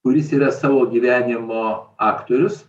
kuris yra savo gyvenimo aktorius